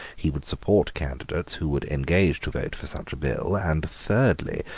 he would support candidates who would engage to vote for such a bill and, thirdly,